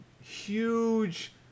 huge